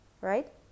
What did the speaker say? right